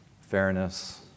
fairness